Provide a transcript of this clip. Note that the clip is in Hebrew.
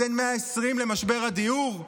אז אין 120 למשבר הדיור?